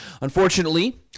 Unfortunately